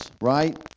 right